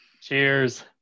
Cheers